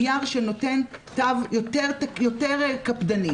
נייר שנותן תו יותר קפדני.